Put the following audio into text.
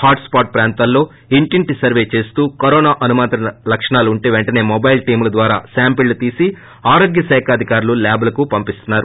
hotspot వ్రాంతాల్లో ఇంటింటి survey చేస్తూ కరోనా అనుమానిత లక్షణాలు ఉంటే పెంటనే మొబైల్ టీమ్ల ద్వారా శాంపిళ్లను తీసి ఆరోగ్య శాఖాధికారులు ల్యాబ్లకు పంపిస్తున్సారు